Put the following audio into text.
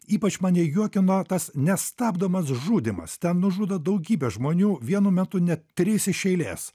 ypač mane juokino tas nestabdomas žudymas ten nužudo daugybę žmonių vienu metu net tris iš eilės